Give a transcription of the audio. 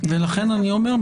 לכן אני אומר,